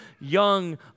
young